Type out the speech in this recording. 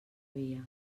via